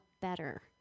better